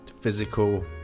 physical